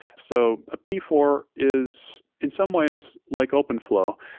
so a p four is in some ways like open f low,